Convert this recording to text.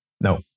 No